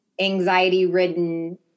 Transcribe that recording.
anxiety-ridden